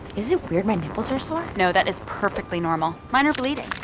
is it weird my nipples are sore? no that is perfectly normal. mine are bleeding